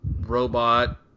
robot